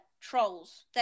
trolls